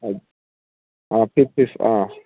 ꯑꯥ